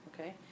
okay